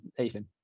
Ethan